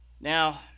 Now